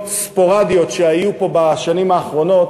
ספורדיות שהיו פה בשנים האחרונות,